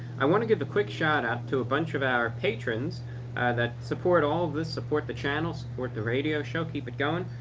i want to give a quick shout out to a bunch of our patrons that support all this support the channels, support the radio show. keep it going.